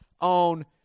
own